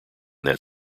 that